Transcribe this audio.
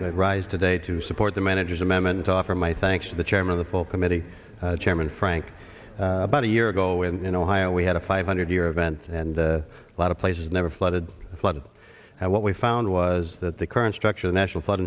i rise today to support the manager's amendment offer my thanks to the chairman of the full committee chairman frank about a year ago and ohio we had a five hundred year event and a lot of places never flooded flooded and what we found was that the current structure the national flood